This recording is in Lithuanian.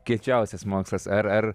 kiečiausias mokslas ar ar